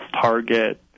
Target